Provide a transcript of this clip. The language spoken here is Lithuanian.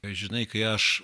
žinai kai aš